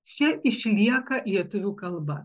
čia išlieka lietuvių kalba